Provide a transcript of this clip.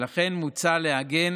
ולכן מוצע לעגן